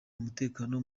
umutekano